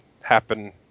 happen